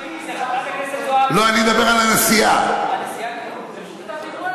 זה לא היא, זה חברת הכנסת זועבי.